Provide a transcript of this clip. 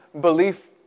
belief